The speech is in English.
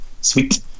Sweet